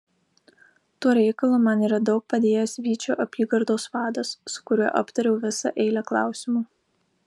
tuo reikalu man yra daug padėjęs vyčio apygardos vadas su kuriuo aptariau visą eilę klausimų